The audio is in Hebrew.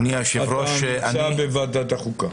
אתה נמצא בוועדת החוקה.